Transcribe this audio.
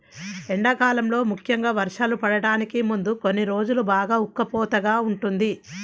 ఎండాకాలంలో ముఖ్యంగా వర్షాలు పడటానికి ముందు కొన్ని రోజులు బాగా ఉక్కపోతగా ఉంటుంది